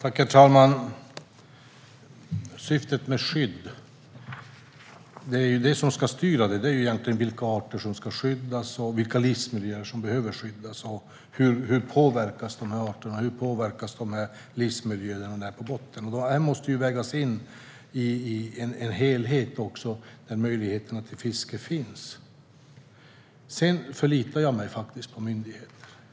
Herr talman! Syftet med skydd är att man ska styra vilka arter och vilka livsmiljöer som behöver skyddas och hur de påverkas. Detta måste vägas in i en helhet där möjligheterna till fiske finns. Sedan förlitar jag mig faktiskt på myndigheter.